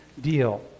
deal